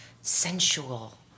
sensual